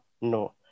no